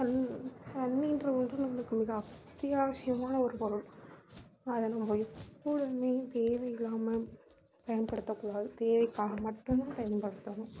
தண் தண்ணிகிறது போது நம்மளுக்கு அத்தியாவசியமான ஒரு பொருள் அதை நம்ம எப்படி நீர் தேவையில்லாமல் பயன்படுத்தக்கூடாது தேவைக்காக மட்டும்தான் பயன்படுத்தணும்